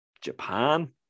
Japan